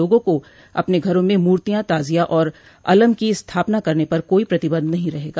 लागों को अपने घरों में मूर्तिया ताजिया और अलम की स्थापना करने पर कोई प्रतिबंध नहीं रहेगा